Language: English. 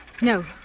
no